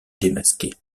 démasquer